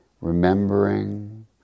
remembering